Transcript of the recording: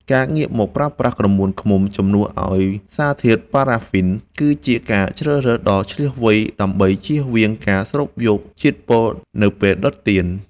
ការងាកមកប្រើប្រាស់ក្រមួនឃ្មុំជំនួសឱ្យសារធាតុប៉ារ៉ាហ្វីន គឺជាការជ្រើសរើសដ៏ឈ្លាសវៃដើម្បីជៀសវាងការស្រូបយកជាតិពុលនៅពេលដុតទៀន។